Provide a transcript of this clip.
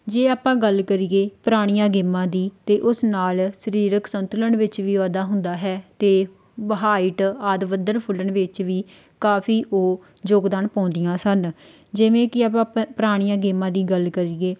ਜੇ ਆਪਾਂ ਗੱਲ ਕਰੀਏ ਪੁਰਾਣੀਆਂ ਗੇਮਾਂ ਦੀ ਤਾਂ ਉਸ ਨਾਲ ਸਰੀਰਕ ਸੰਤੁਲਨ ਵਿੱਚ ਵੀ ਵਾਧਾ ਹੁੰਦਾ ਹੈ ਅਤੇ ਹਾਈਟ ਆਦਿ ਵਧਣ ਫੁੱਲਣ ਵਿੱਚ ਵੀ ਕਾਫ਼ੀ ਉਹ ਯੋਗਦਾਨ ਪਾਉਂਦੀਆਂ ਸਨ ਜਿਵੇਂ ਕਿ ਆਪਾਂ ਪੁਰਾਣੀਆਂ ਗੇਮਾਂ ਦੀ ਗੱਲ ਕਰੀਏ